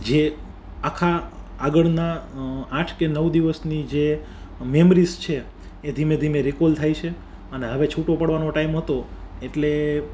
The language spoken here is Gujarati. જે આખા આગળના આઠ કે નવ દિવસની જે મેમરીસ છે એ ધીમે ધીમે રિકોલ થાય છે અને હવે છૂટો પડવાનો ટાઈમ હતો એટલે